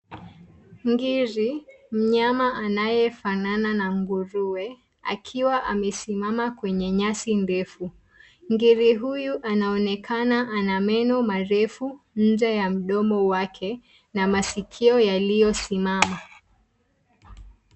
Ngiri, mnyama anayefanana na nguruwe, akiwa amesimama kwenye nyasi ndefu. Ngiri huyu anaonekana ana meno marefu, nje ya mdomo wake, na masikio yaliyosimama.